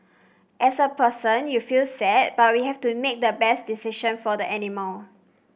as a person you feel sad but we have to make the best decision for the animal